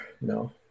no